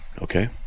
okay